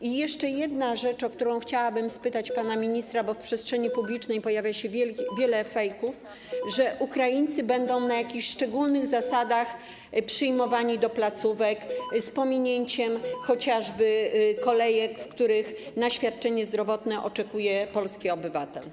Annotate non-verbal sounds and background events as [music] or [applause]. I jeszcze jedna rzecz, o którą chciałabym spytać [noise] pana ministra - w przestrzeni publicznej pojawia się wiele fejków, że Ukraińcy będą na jakichś szczególnych zasadach przyjmowani do placówek, z pominięciem chociażby kolejek, w których na świadczenie zdrowotne oczekuje polski obywatel.